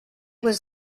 was